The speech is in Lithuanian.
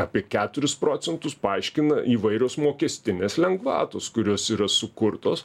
apie keturis procentus paaiškina įvairios mokestinės lengvatos kurios yra sukurtos